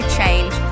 change